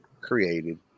created